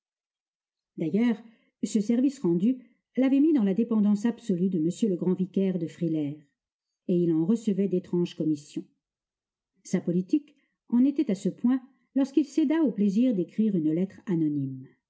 d'ailleurs ce service rendu l'avait mis dans la dépendance absolue de m le grand vicaire de frilair et il en recevait d'étranges commissions sa politique en était à ce point lorsqu'il céda au plaisir d'écrire une lettre anonyme